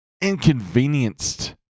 inconvenienced